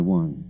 one